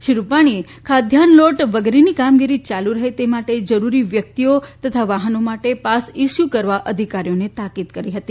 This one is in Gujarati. શ્રી રૂપાણીએ ખાદ્યાન્ન લોટ વગેરેની કામગીરી યાલુ રહે તે માટે જરૂરી વ્યક્તિઓ તથા વાહનો માટે પાસ ઇસ્યૂ કરવા અધિકારીઓને તાકીદ કરી હતી